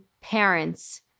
parents